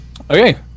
Okay